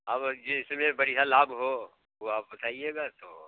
अब जिसमें बढ़िया लाभ हो वो आप बताइएगा तो